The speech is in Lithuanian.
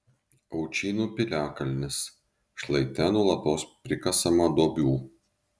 aučynų piliakalnis šlaite nuolatos prikasama duobių